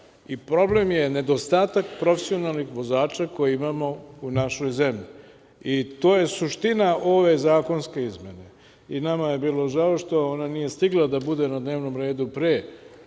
Problem je nedostatak profesionalnih vozača koje imamo u našoj zemlji. To je suština ove zakonske izmene. I nama je bilo žao što ona nije stigla da bude na dnevnom redu pre